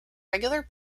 regular